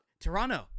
Toronto